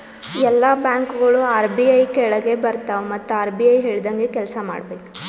ಎಲ್ಲಾ ಬ್ಯಾಂಕ್ಗೋಳು ಆರ್.ಬಿ.ಐ ಕೆಳಾಗೆ ಬರ್ತವ್ ಮತ್ ಆರ್.ಬಿ.ಐ ಹೇಳ್ದಂಗೆ ಕೆಲ್ಸಾ ಮಾಡ್ಬೇಕ್